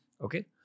Okay